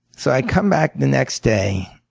so i come back the next day,